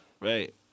Right